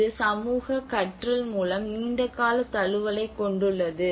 இது சமூக கற்றல் மூலம் நீண்டகால தழுவலைக் கொண்டுள்ளது